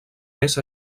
mes